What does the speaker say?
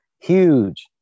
huge